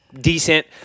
Decent